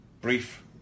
brief